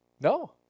No